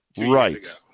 Right